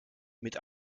mit